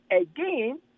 again